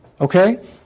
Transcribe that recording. Okay